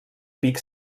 pic